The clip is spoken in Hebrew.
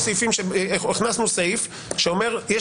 בחוק הנורבגי הכנסנו סעיף שאומר שיש